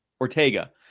Ortega